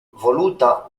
voluta